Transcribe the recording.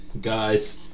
guys